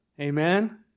Amen